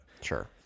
Sure